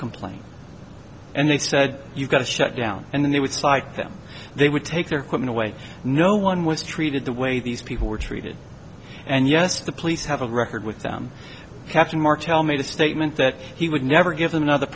complaint and they said you got to shut down and then they would slide them they would take their equipment away no one was treated the way these people were treated and yes the police have a record with them catching martell made a statement that he would never give them another